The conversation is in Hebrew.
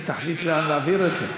היא תחליט לאן להעביר את זה.